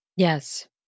Yes